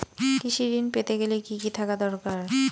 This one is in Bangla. কৃষিঋণ পেতে গেলে কি কি থাকা দরকার?